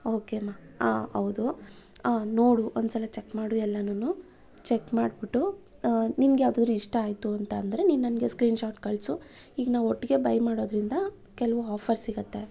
okay ಮಾ ಹಾಂ ಹೌದು ಹಾಂ ನೋಡು ಒಂದ್ಸಲ ಚೆಕ್ ಮಾಡು ಎಲ್ಲನೂ ಚೆಕ್ ಮಾಡಿಬಿಟ್ಟು ನಿಂಗೆ ಯಾವುದಾದ್ರೂ ಇಷ್ಟ ಆಯಿತು ಅಂತೆಂದ್ರೆ ನೀನು ನನಗೆ ಸ್ಕ್ರೀನ್ಶಾಟ್ ಕಳಿಸು ಇನ್ನು ಒಟ್ಟಿಗೆ ಬೈ ಮಾಡೋದರಿಂದ ಕೆಲವು ಆಫರ್ಸ್ ಸಿಗುತ್ತೆ